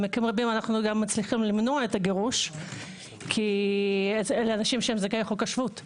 במקרים רבים אנו גם מצליחים למנוע את הגירוש כי הם זכאי חוק השבות.